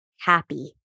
happy